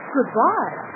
Goodbye